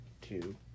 two